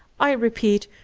i repeat,